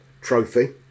trophy